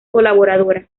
colaboradora